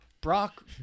Brock